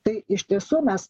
tai iš tiesų mes